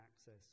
access